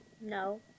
No